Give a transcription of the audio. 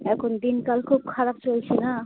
এখন দিনকাল খুব খারাপ চলছে না